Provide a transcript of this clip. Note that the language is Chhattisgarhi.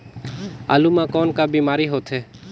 आलू म कौन का बीमारी होथे?